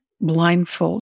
blindfold